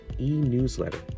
e-newsletter